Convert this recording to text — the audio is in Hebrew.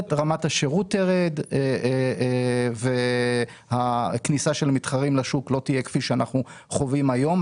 רמת השירות תרד והכניסה של מתחרים לשוק לא תהיה כפי שאנחנו חווים היום.